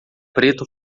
preto